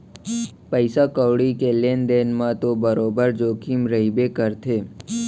पइसा कउड़ी के लेन देन म तो बरोबर जोखिम रइबे करथे